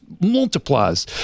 multiplies